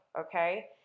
Okay